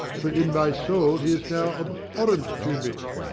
for in my soul he is now abhorrent to me.